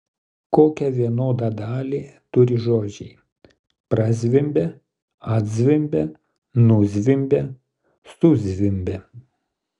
kokią vienodą dalį turi žodžiai prazvimbia atzvimbia nuzvimbia suzvimbia